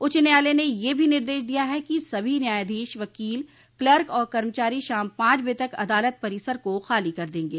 उच्च न्यायालय ने यह भी निर्देश दिया गया है कि सभी न्यायाधीश वकील क्लर्क और कर्मचारी शाम पांच बजे तक अदालत परिसर को खाली कर देंगे